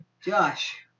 Josh